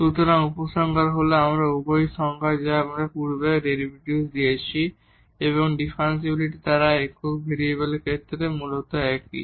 সুতরাং উপসংহার হল যে আমরা উভয় সংজ্ঞা যা আমরা পূর্বে ডেরিভেটিভ দিয়েছি এবং ডিফারেনশিবিলিটি তারা একক ভেরিয়েবলের ক্ষেত্রে মূলত একই